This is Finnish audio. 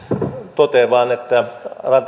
totean vain että